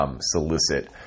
solicit